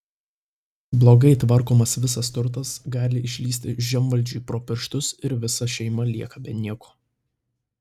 blogai tvarkomas visas turtas gali išslysti žemvaldžiui pro pirštus ir visa šeima lieka be nieko